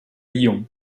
lyon